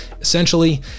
Essentially